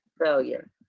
failure